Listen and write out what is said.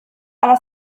alla